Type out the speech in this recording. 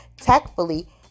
tactfully